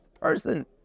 person